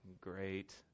great